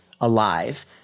alive